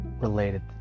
related